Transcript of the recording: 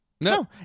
No